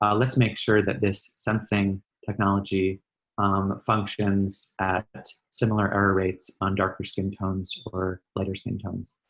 um let's make sure that this sensing technology um functions at similar error rates on darker skin tones for lighter skin tones.